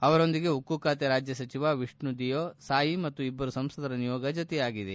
ಅವರೊಂದಿಗೆ ಉಕ್ಕು ಖಾತೆ ರಾಜ್ಯ ಸಚಿವ ವಿಷ್ಣು ದಿಯೋ ಸಾಯಿ ಮತ್ತು ಇಬ್ಬರು ಸಂಸದರ ನಿಯೋಗ ಜೊತೆಯಾಗಿದೆ